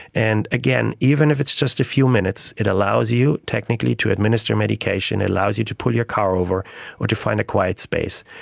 and again, even if it's just a few minutes, it allows you technically to administer medication, it allows you to pull your car over or to find a quiet space.